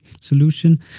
solution